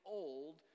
old